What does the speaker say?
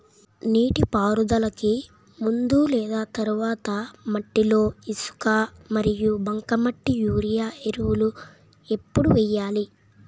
నీటిపారుదలకి ముందు లేదా తర్వాత మట్టిలో ఇసుక మరియు బంకమట్టి యూరియా ఎరువులు ఎప్పుడు వేయాలి?